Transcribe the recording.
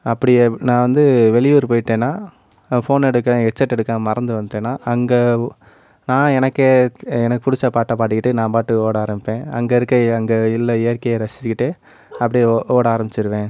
அப்படியே நான் வந்து வெளியூர் போயிட்டன்னா ஃபோனை எடுக்க ஹெட் செட் எடுக்க மறந்துட்டு வந்துட்டன்னா அங்க நான் எனக்கே எனக்கு பிடிச்ச பாட்டை படிக்கிட்டு நான் பாட்டுக்கு ஓட ஆரம்மிப்பேன் அங்க இருக்க அங்கே உள்ள இயற்கையே ரசிச்சிக்கிட்டே அப்படியே ஓட ஆரம்மிச்சிருவேன்